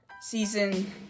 season